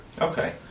Okay